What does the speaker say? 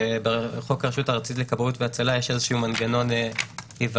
בחוק הרשות הארצית לכבאות והצלה יש איזה מנגנון היוועצות.